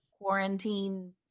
quarantine